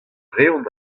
reont